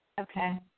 Okay